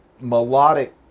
melodic